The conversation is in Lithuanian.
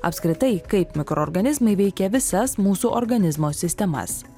apskritai kaip mikroorganizmai veikia visas mūsų organizmo sistemas